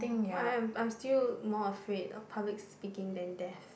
I'm I'm still more afraid of public speaking than death